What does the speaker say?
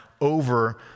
over